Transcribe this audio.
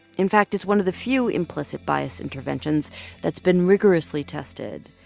in fact, it's one of the few implicit bias interventions that's been rigorously tested.